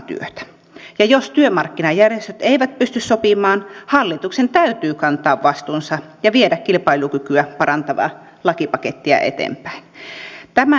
ja jos työmarkkinajärjestöt eivät pysty sopimaan hallituksen täytyy kantaa vastuunsa ja viedä kilpailukykyä parantavaa lakipakettia eteenpäin